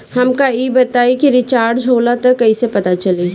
हमका ई बताई कि रिचार्ज होला त कईसे पता चली?